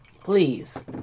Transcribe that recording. please